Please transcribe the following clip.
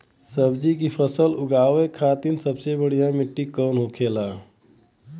सब्जी की फसल उगा में खाते सबसे बढ़ियां कौन होखेला?